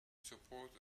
support